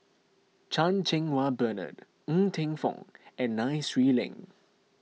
Chan Cheng Wah Bernard Ng Teng Fong and Nai Swee Leng